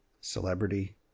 celebrity